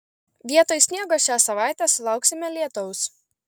vietoj sniego šią savaitę sulauksime lietaus